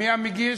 מי המגיש?